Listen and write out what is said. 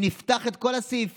אם נפתח את כל הסעיפים,